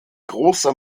großer